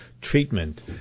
treatment